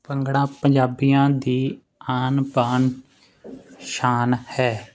ਭੰਗੜਾ ਪੰਜਾਬੀਆਂ ਦੀ ਆਨ ਬਾਨ ਸ਼ਾਨ ਹੈ